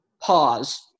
pause